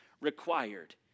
required